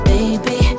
Baby